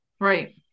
Right